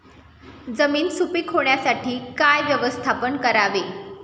जमीन सुपीक होण्यासाठी काय व्यवस्थापन करावे?